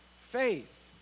faith